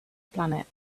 planet